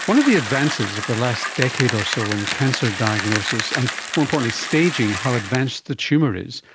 one of the advances of the last decade or so in cancer diagnosis and more importantly staging how advanced the tumour is,